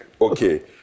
Okay